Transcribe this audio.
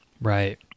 Right